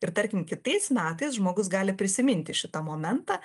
ir tarkim kitais metais žmogus gali prisiminti šitą momentą